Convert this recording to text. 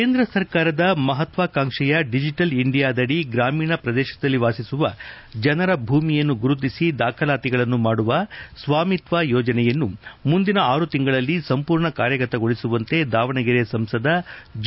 ಕೇಂದ್ರ ಸರ್ಕಾರದ ಮಹತ್ವಾಕಾಂಕ್ಷೆಯ ಡಿಜಿಟಲ್ ಇಂಡಿಯಾದದಿ ಗ್ರಾಮೀಣ ಪ್ರದೇಶದಲ್ಲಿ ವಾಸಿಸುವ ಜನರ ಭೂಮಿಯನ್ನು ಗುರುತಿಸಿ ದಾಖಲಾತಿಗಳನ್ನು ಮಾಡುವ ಸ್ವಾಮಿತ್ವ ಯೋಜನೆಯನ್ನು ಮುಂದಿನ ಆರು ತಿಂಗಳಲ್ಲಿ ಸಂಪೂರ್ಣ ಕಾರ್ಯಗತಗೊಳಿಸುವಂತೆ ದಾವಣಗೆರೆ ಸಂಸದ ದಿ